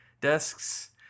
desks